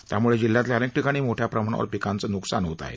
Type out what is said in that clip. त्यामुळे जिल्ह्यातल्या अनेक ठिकाणी मोठ्या प्रमाणावर पिकांचं नुकसान होत आहे